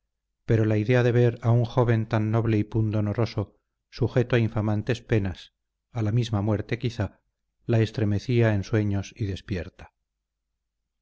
pero la idea de ver a un joven tan noble y pundonoroso sujeto a infamantes penas a la misma muerte quizá la estremecía en sueños y despierta